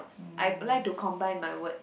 I like to combine my words